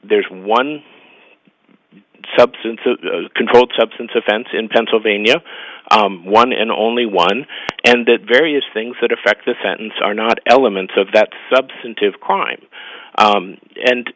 there's one substance a controlled substance offense in pennsylvania one in only one and that various things that affect the sentence are not elements of that substantive crime